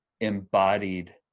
embodied